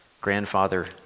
grandfather